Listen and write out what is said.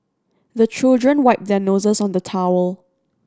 the children wipe their noses on the towel